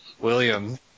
William